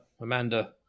Amanda